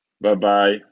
Bye-bye